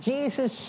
Jesus